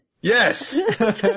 Yes